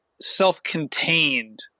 self-contained